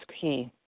key